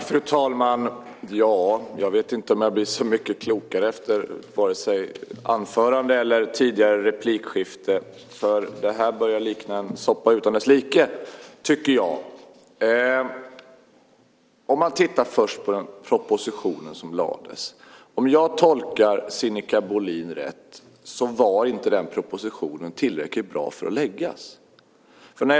Fru talman! Jag vet inte om jag blir så mycket klokare av vare sig anförandet eller tidigare replikskiften. Det här börjar likna en soppa utan dess like, tycker jag. Låt oss titta på den proposition som lades fram. Om jag tolkar Sinikka Bohlin rätt var inte den propositionen tillräckligt bra för att läggas fram.